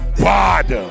bad